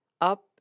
up